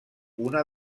una